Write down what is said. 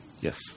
yes